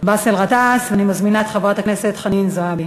באסל גטאס, ואני מזמינה את חברת הכנסת חנין זועבי.